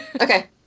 okay